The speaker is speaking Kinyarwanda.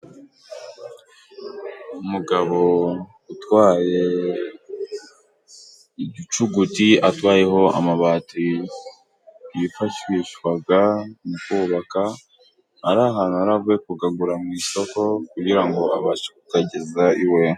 Umugabo utwaye igicuguti atwayeho amabati yifashishwaga mu kubaka ari ahantu yari avuye kugagura mu isoko, kugira ngo abashe kugageza iwe.